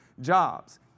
jobs